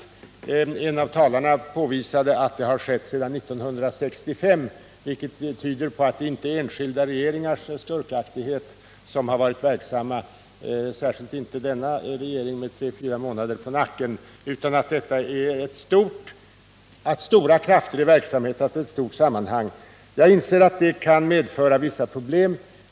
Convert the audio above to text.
En av talarna påvisade att denna utveckling har pågått sedan 1965, vilket tyder på att det inte är enskilda regeringar eller deras skurkaktighet som har varit avgörande, särskilt inte den nuvarande regeringen med tre-fyra månader på nacken, utan att det är stora krafter i verksamhet i ett stort sammanhang. Jag inser att detta kan medföra vissa problem.